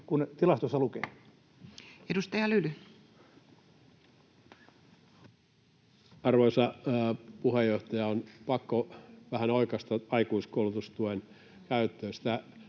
kuin tilastoissa lukee? Edustaja Lyly. Arvoisa puheenjohtaja! On pakko vähän oikaista aikuiskoulutustuen käyttöä.